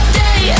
day